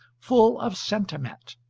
full of sentiment.